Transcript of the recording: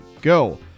go